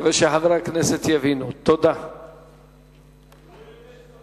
מתחשב בבקשה של שר המשפטים, יש איזה דיון